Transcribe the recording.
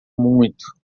muito